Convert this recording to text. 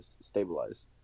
Stabilize